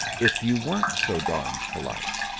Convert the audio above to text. if you weren't so darned polite.